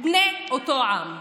בני אותו עם.